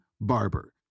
Barber